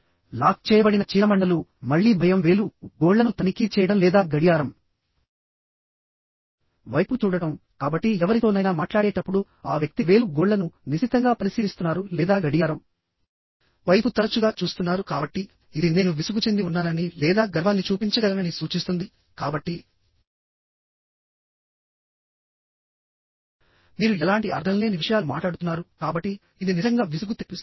lock చేయబడిన చీలమండలు మళ్ళీ భయం వేలు గోళ్ళను తనిఖీ చేయడం లేదా గడియారం వైపు చూడటం కాబట్టి ఎవరితోనైనా మాట్లాడేటప్పుడు ఆ వ్యక్తి వేలు గోళ్ళను నిశితంగా పరిశీలిస్తున్నారు లేదా గడియారం వైపు తరచుగా చూస్తున్నారు కాబట్టి ఇది నేను విసుగు చెంది ఉన్నానని లేదా గర్వాన్ని చూపించగలనని సూచిస్తుంది కాబట్టి మీరు ఎలాంటి అర్ధంలేని విషయాలు మాట్లాడుతున్నారు కాబట్టి ఇది నిజంగా విసుగు తెప్పిస్తుంది